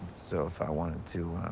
so, if i wanted to,